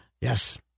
Yes